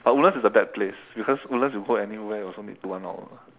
but woodlands is a bad place because woodlands you go anywhere also need to one hour